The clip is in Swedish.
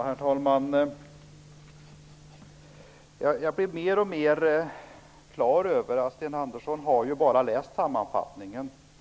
Herr talman! Jag blir mer och mer klar över att Sten Andersson i Malmö bara har läst sammanfattningen.